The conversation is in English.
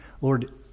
Lord